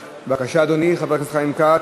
בבקשה, אדוני חבר הכנסת חיים כץ.